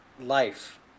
life